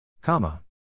Comma